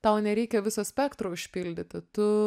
tau nereikia viso spektro užpildyti tu